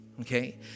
Okay